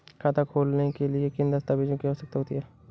खाता खोलने के लिए किन दस्तावेजों की आवश्यकता होती है?